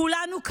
כולנו כאן,